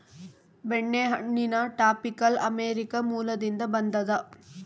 ಬೆಣ್ಣೆಹಣ್ಣಿನ tropical America ಮೂಲದಿಂದ ಬಂದದ